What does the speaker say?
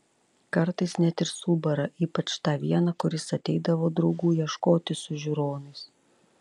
kartais net ir subara ypač tą vieną kuris ateidavo draugų ieškoti su žiūronais